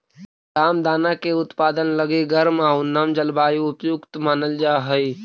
रामदाना के उत्पादन लगी गर्म आउ नम जलवायु उपयुक्त मानल जा हइ